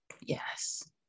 Yes